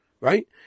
right